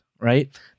right